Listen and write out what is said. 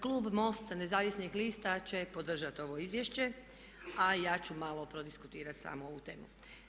Klub MOST-a nezavisnih lista će podržati ovo izvješće a ja ću malo prodiskutirati samo ovu temu.